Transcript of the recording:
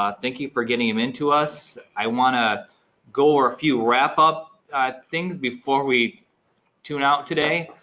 um thank you for getting em in to us. i want to gore a few wrap up things before we tune out today.